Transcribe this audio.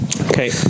Okay